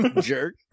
Jerk